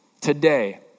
today